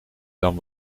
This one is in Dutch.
dan